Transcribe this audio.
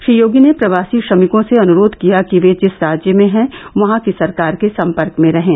श्री योगी ने प्रवासी श्रमिकों से अनुरोध किया कि वे जिस राज्य में हैं वहां की सरकार के संपर्क में रहें